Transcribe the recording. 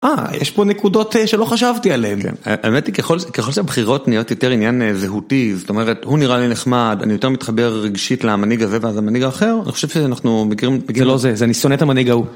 אה, יש פה נקודות שלא חשבתי עליהן. כן, האמת היא ככל שהבחירות נהיות יותר עניין זהותי, זאת אומרת, הוא נראה לי נחמד, אני יותר מתחבר רגשית למנהיג הזה ואז למנהיג האחר, אני חושב שאנחנו מכירים... זה לא זה, זה אני שונא את המנהיג ההוא.